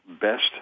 best